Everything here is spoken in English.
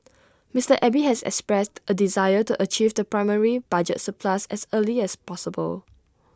Mister Abe has expressed A desire to achieve the primary budget surplus as early as possible